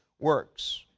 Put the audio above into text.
works